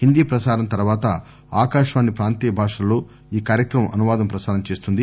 హిందీ ప్రసారం తర్వాత ఆకాశవాణి ప్రాంతీయ భాషల్లో ఈ కార్చక్రమం అనువాదం ప్రసారం చేస్తుంది